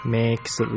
makes